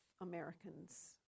Americans